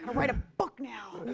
write a book now.